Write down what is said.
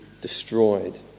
destroyed